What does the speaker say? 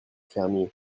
fermier